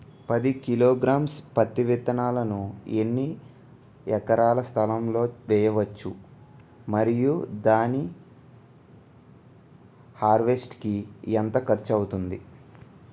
పది కిలోగ్రామ్స్ పత్తి విత్తనాలను ఎన్ని ఎకరాల స్థలం లొ వేయవచ్చు? మరియు దాని హార్వెస్ట్ కి ఎంత ఖర్చు అవుతుంది?